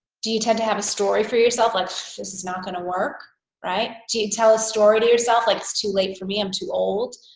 do you tend to have a story for yourself? like this is not gonna work right do you tell a story to yourself like it's too late for me i'm too old?